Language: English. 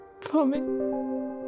Promise